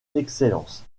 excellence